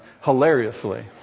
hilariously